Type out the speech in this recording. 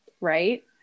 right